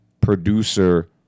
producer